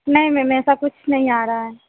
नहीं मैम ऐसा कुछ नहीं आ रहा है